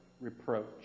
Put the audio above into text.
reproach